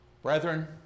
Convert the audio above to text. Brethren